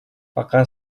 пока